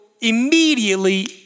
immediately